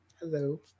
Hello